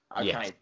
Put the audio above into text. Okay